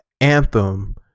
anthem